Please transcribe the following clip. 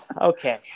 Okay